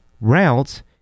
routes